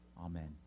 Amen